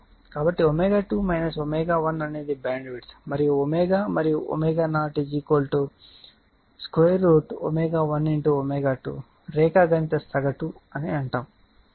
కాబట్టి ω2 ω1 అనేది బ్యాండ్విడ్త్ మరియు ω మరియు ω0 ⍵1⍵2 రేఖాగణిత సగటు అని అంటాము